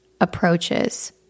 approaches